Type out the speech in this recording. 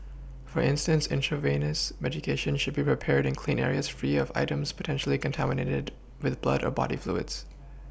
for instance intravenous medications should be prepared in clean areas free of items potentially contaminated with blood or body fluids